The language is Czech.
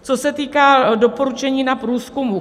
Co se týká doporučení na průzkumy.